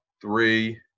three